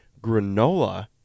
granola